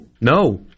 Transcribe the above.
No